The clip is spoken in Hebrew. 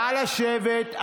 נא לשבת.